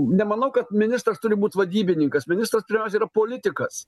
nemanau kad ministras turi būt vadybininkas ministras pirmiausia yra politikas